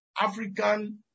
African